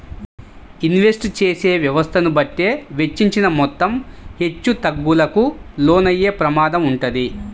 invest చేసే వ్యవస్థను బట్టే వెచ్చించిన మొత్తం హెచ్చుతగ్గులకు లోనయ్యే ప్రమాదం వుంటది